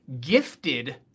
gifted